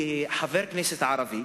כחבר כנסת ערבי,